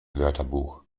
wörterbuch